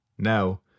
Now